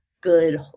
good